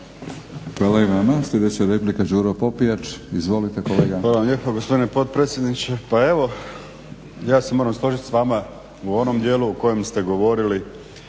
Hvala i vama. Sljedeća replika Đuro Popijač. Izvolite kolega.